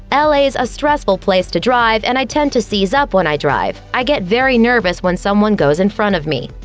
ah la's a stressful place to drive, and i tend to seize up when i drive. i get very nervous when someone goes in front of me.